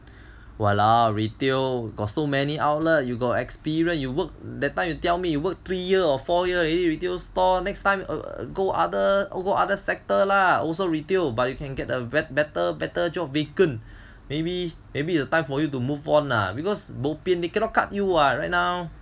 !walao! retail got so many outlet you got experience you work that time you tell me work three year or four year already retail store next time ah go other go other sector lah also retail but you can get a better better job vacant maybe maybe it's time for you to move on lah because bopian they cannot cut you [what] right now